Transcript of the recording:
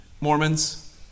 Mormons